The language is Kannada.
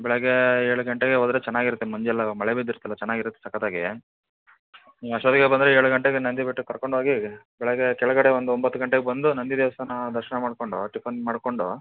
ಬೆಳಗ್ಗೆ ಏಳು ಗಂಟೆಗೆ ಹೋದರೆ ಚೆನ್ನಾಗಿರುತ್ತೆ ಮಂಜೆಲ್ಲ ಮಳೆ ಬಿದ್ದಿರುತ್ತೆ ಅಲ್ಲಾ ಚೆನ್ನಾಗಿರುತ್ತೆ ಸಕತ್ತಾಗಿ ಹ್ಞೂ ಅಷ್ಟೊತ್ತಿಗೆ ಬಂದರೆ ಏಳು ಗಂಟೆಗೆ ನಂದಿ ಬೆಟ್ಟಕ್ಕೆ ಕರ್ಕೊಂಡ್ಹೋಗಿ ಬೆಳಗ್ಗೆ ಕೆಳಗಡೆ ಒಂದು ಒಂಬತ್ತು ಗಂಟೆಗೆ ಬಂದು ನಂದಿ ದೇವಸ್ಥಾನ ದರ್ಶನ ಮಾಡಿಕೊಂಡು ಟಿಫನ್ ಮಾಡಿಕೊಂಡು